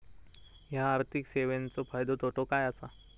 हया आर्थिक सेवेंचो फायदो तोटो काय आसा?